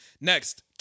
Next